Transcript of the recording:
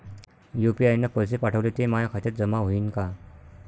UPI न पैसे पाठवले, ते माया खात्यात जमा होईन का?